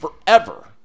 forever